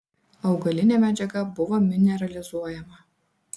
augalinė medžiaga buvo mineralizuojama